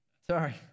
Sorry